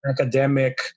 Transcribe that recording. academic